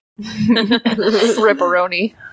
Ripperoni